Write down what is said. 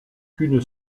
qu’une